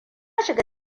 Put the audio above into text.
shiga